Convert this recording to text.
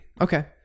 okay